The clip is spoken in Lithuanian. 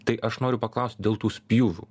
tai aš noriu paklaust dėl tų spjūvių